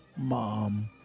mom